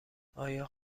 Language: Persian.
آیا